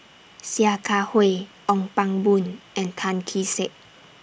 Sia Kah Hui Ong Pang Boon and Tan Kee Sek